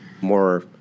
more